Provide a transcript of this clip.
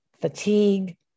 fatigue